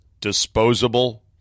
disposable